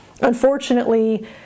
Unfortunately